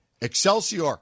Excelsior